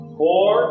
four